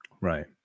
Right